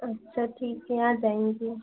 अच्छा ठीक है आ जाएँगी